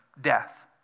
death